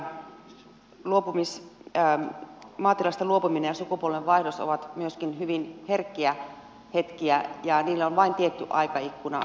on muistettava että maatilasta luopuminen ja sukupolvenvaihdos ovat myöskin hyvin herkkiä hetkiä ja niille on vain tietty aikaikkuna